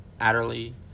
Adderley